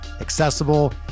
accessible